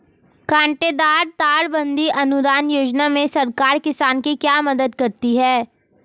कांटेदार तार बंदी अनुदान योजना में सरकार किसान की क्या मदद करती है?